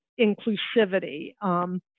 inclusivity